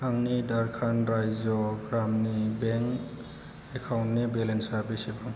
आंनि झारखन्ड राज्यो ग्रामिन बेंक एकाउन्टनि बेलेन्सआ बेसेबां